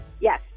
Yes